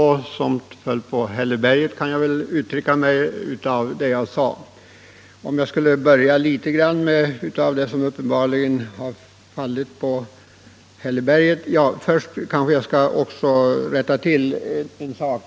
Herr talman! Somt av det jag sade föll i god jord, men somt föll på hälleberget, om jag så får uttrycka mig.